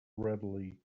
readily